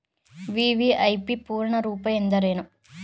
VVIP ಪೂರ್ಣ ರೂಪ ಎಂದರೇನು?